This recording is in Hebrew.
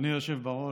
אני לא חושב שאני